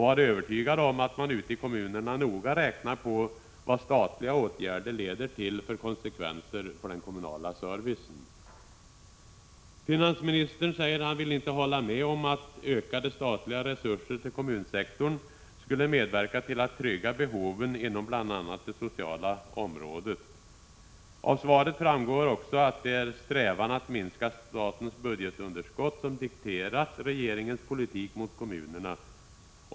Var övertygad om att man ute i kommunerna noga räknar på vad statliga åtgärder leder till för konsekvenser för den kommunala servicen. Finansministern vill inte hålla med om att ökade statliga resurser till kommunsektorn skulle medverka till att trygga behoven inom bl.a. det sociala området. Av svaret framgår också att det är en strävan att minska statens budgetunderskott som dikterat regeringens politik mot kommunerna.